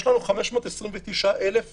יש 529,000 מחלימים,